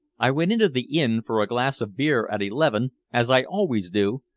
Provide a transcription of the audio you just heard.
i went into the inn for a glass of beer at eleven, as i always do,